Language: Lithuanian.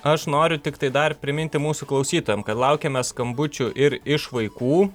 aš noriu tiktai dar priminti mūsų klausytojam kad laukiame skambučių ir iš vaikų